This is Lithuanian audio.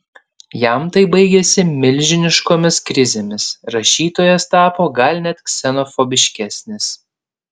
jam tai baigėsi milžiniškomis krizėmis rašytojas tapo gal net ksenofobiškesnis